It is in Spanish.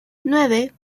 nueve